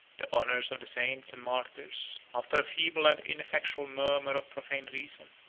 the honors of the saints and martyrs, after a feeble and ineffectual murmur of profane reason,